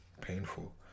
painful